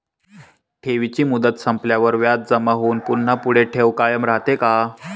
ठेवीची मुदत संपल्यावर व्याज जमा होऊन पुन्हा पुढे ठेव कायम राहते का?